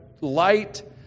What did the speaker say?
light